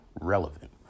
relevant